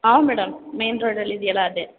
ಆಂ madam main ರೋಡಲ್ಲಿದೆಯಲ್ಲ ಅದೇ